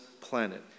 planet